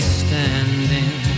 standing